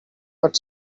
but